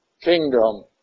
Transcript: kingdom